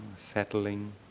settling